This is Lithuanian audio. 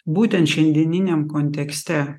būtent šiandieniniam kontekste